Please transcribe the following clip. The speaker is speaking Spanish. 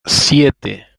siete